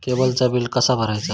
केबलचा बिल कसा भरायचा?